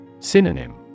Synonym